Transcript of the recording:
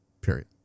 Period